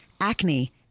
acne